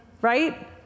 right